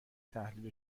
تحلیل